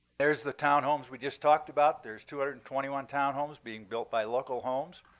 there is the townhomes we just talked about. there's two hundred and twenty one townhomes being built by local homes.